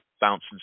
bouncing